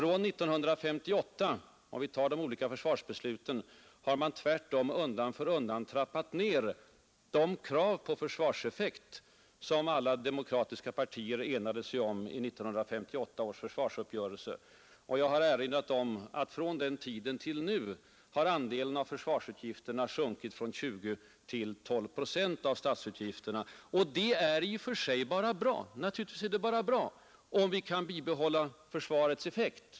Om vi tar de olika försvarsbesluten finner vi att man tvärtom från 1958 undan för undan har trappat ned de krav på försvarseffekt som alla demokratiska partier enade sig om i 1958 års försvarsuppgörelse. Jag har erinrat om att från den tiden till nu har försvarsutgifternas andel sjunkit från runt 20 till 12 procent av statsutgifterna. Detta är naturligtvis i och för sig bara bra, men bara om vi kan bibehålla försvarets effekt.